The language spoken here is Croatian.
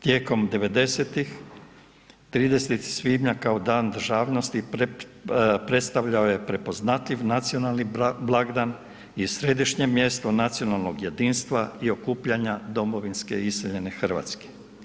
Tijekom 90.-tih 30. svibnja kao Dan državnosti predstavljao je prepoznatljiv nacionalni blagdan i središnje mjesto nacionalnog jedinstva i okupljanja domovinske iseljene RH.